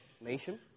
nation